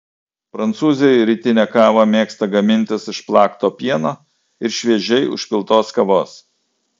prancūzai rytinę kavą mėgsta gamintis iš plakto pieno ir šviežiai užpiltos kavos